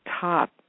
top